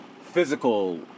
physical